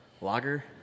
lager